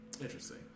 Interesting